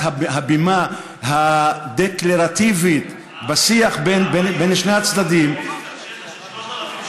הבימה הדקלרטיבית בשיח בין שני הצדדים,